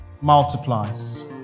multiplies